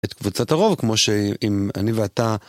את קבוצת הרוב כמו שאם אני ואתה